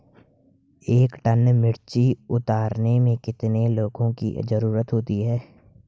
एक टन मिर्ची उतारने में कितने लोगों की ज़रुरत होती है?